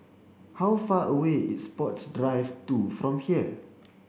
how far away is Sports Drive two from here